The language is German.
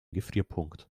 gefrierpunkt